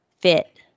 fit